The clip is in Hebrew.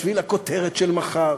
בשביל הכותרת של מחר,